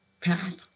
path